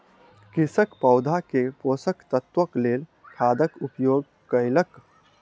कृषक पौधा के पोषक तत्वक लेल खादक उपयोग कयलक